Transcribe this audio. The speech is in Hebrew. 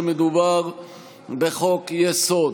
מאחר שמדובר בחוק-יסוד.